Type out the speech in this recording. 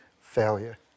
Failure